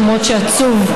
למרות שעצוב,